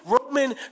Roman